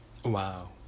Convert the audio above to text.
Wow